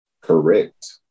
Correct